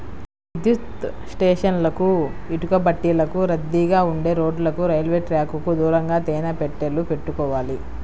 విద్యుత్ స్టేషన్లకు, ఇటుకబట్టీలకు, రద్దీగా ఉండే రోడ్లకు, రైల్వే ట్రాకుకు దూరంగా తేనె పెట్టెలు పెట్టుకోవాలి